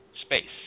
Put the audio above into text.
space